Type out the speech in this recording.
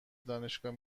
دانشگاه